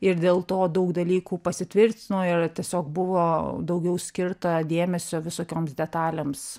ir dėl to daug dalykų pasitvirtino ir tiesiog buvo daugiau skirta dėmesio visokioms detalėms